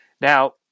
Now